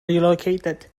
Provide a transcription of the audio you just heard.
relocated